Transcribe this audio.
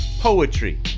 Poetry